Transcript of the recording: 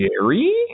Jerry